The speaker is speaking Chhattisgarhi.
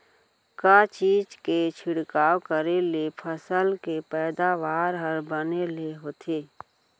का चीज के छिड़काव करें ले फसल के पैदावार ह बने ले होथे?